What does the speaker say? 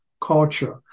Culture